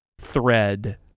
thread